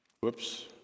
whoops